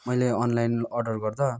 मैले online order गर्दा